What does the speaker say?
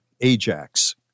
Ajax